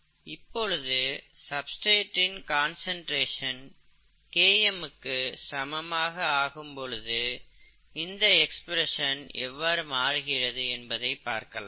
இப்பொழுது சப்ஸ்டிரேட்டின் concentration Km க்கு சமமாக ஆகும்பொழுது இந்த எக்ஸ்பிரஸன் எவ்வாறு மாறுகிறது என்பதை பார்க்கலாம்